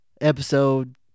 episode